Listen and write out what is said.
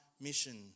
mission